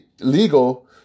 legal